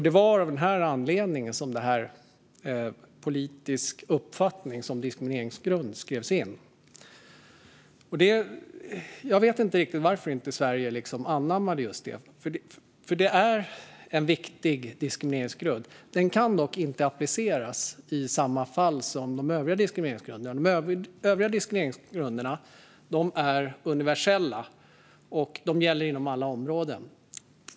Det var av denna anledning som politisk uppfattning som diskrimineringsgrund skrevs in. Jag vet inte riktigt varför Sverige inte anammade just detta. Det är nämligen en viktig diskrimineringsgrund. Den kan dock inte appliceras i samma fall som de övriga diskrimineringsgrunderna. De övriga diskrimineringsgrunderna är universella, och de gäller inom alla områden.